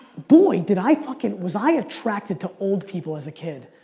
boy did i fuckin', was i attracted to old people as a kid.